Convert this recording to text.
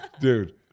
Dude